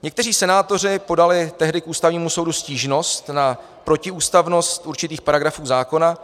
Někteří senátoři podali tehdy k Ústavnímu soudu stížnost na protiústavnost určitých paragrafů zákona.